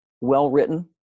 well-written